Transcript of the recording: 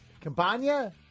Campania